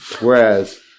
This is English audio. whereas